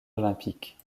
olympiques